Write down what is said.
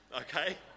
Okay